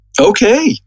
Okay